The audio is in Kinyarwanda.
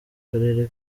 karere